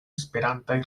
esperantaj